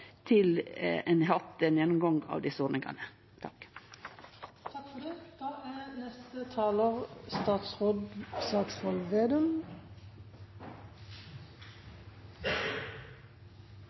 til ein har hatt ein gjennomgang av desse ordningane. Da har representanten Birgit Oline Kjerstad tatt opp det